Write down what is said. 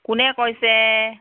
কোনে কৈছে